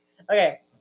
Okay